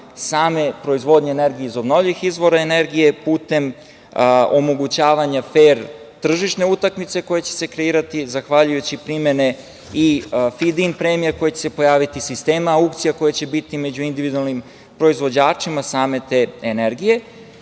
same proizvodnje energije iz obnovljivih izvora energije putem omogućavanja fer tržišne utakmice koje će se kreirati zahvaljujući primene i fid-in premija koja će se pojaviti, sistema aukcija koje će biti među individualnim proizvođačima same te energije. Inače,